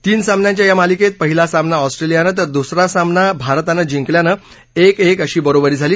तीन सामन्यांच्या या मालिकेत पहिला सामना ऑस्ट्रेलियानं तर दुसरा सामना भारतानं जिंकल्यानं एक एक अशी बरोबरी झाली